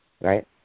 Right